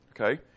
okay